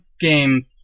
game